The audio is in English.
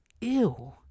Ew